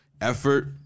effort